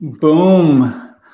Boom